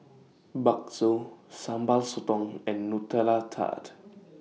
Bakso Sambal Sotong and Nutella Tart